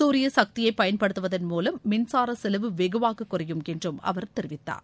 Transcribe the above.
குரிய சக்தியை பயன்படுத்துவதன் மூலம் மின்சார செலவு வெகுவாக குறையும் என்று அவர் தெரிவித்தார்